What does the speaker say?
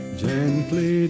Gently